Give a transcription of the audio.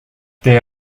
there